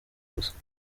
gusa